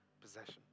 possession